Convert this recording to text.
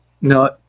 No